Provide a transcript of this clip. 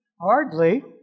Hardly